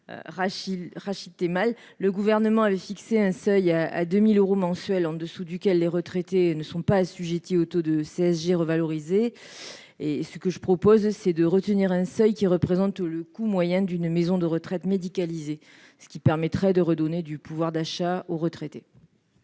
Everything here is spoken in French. Le Gouvernement avait fixé un seuil de 2 000 euros mensuels au-dessous duquel les retraités ne sont pas assujettis au taux de CSG revalorisé. Par cet amendement, il s'agit de retenir un seuil représentant le coût moyen d'une maison de retraite médicalisée, ce qui permettrait de redonner du pouvoir d'achat aux retraités.